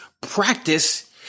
Practice